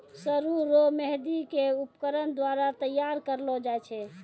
सरु रो मेंहदी के उपकरण द्वारा तैयार करलो जाय छै